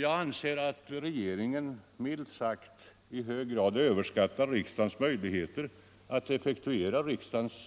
Jag anser att regeringen — milt sagt — i hög grad överskattar riksdagens möjligheter att effektuera